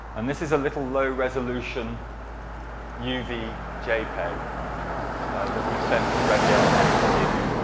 and this is a little low resolution uv jpeg that we sent to reviel netz in